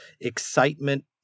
excitement